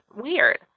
weird